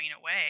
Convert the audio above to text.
away